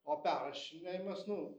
o perrašinėjimas nu